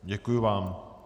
Děkuji vám.